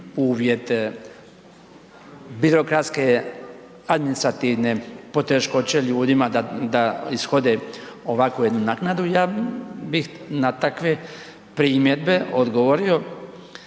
uvjete, birokratske, administrativne poteškoće ljudima da ishode ovakvu jednu naknadu ja bi na takve primjedbe odgovorio